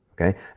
okay